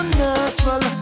natural